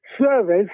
service